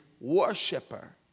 worshiper